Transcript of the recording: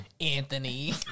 Anthony